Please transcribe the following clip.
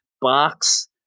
box